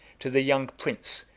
to the young prince,